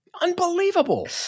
unbelievable